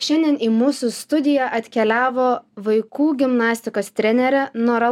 šiandien į mūsų studiją atkeliavo vaikų gimnastikos trenerė nora